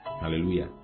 hallelujah